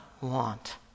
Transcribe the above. want